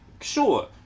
sure